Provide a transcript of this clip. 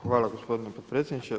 Hvala gospodine potpredsjedniče.